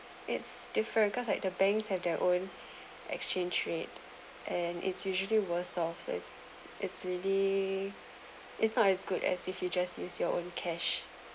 it's different cause like the banks have their own exchange rate and it's usually worth sources it's really is not as good as if you just use your own cash